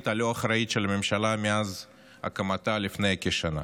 הלא-אחראית של הממשלה מאז הקמתה לפני כשנה.